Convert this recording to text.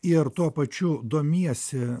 ir tuo pačiu domiesi